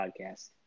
Podcast